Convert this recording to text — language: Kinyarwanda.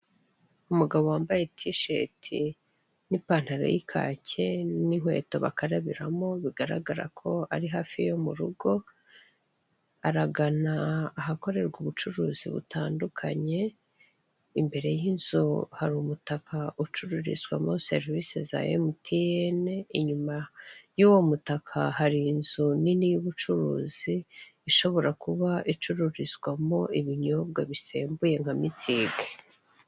Umugabo wambaye tisheti n'ipantaro y'ikake n'inkweto bakarabiramo, bigaragara ko ari hafi yo mu rugo, aragana ahakorerwa ubucuruzi butandukanye, imbere y'inzu hari umutaka ucururizwamo serivise za emutiyene, inyuma y'uwo mutaka hari inzu nini y'ubucuruz, ishobora kuba icururizwamo ibinyobwa bisembuye, nka mitsingi.